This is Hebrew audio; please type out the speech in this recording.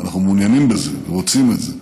אנחנו מעוניינים בזה, רוצים בזה.